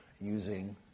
using